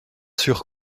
sur